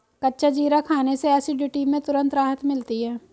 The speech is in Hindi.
कच्चा जीरा खाने से एसिडिटी में तुरंत राहत मिलती है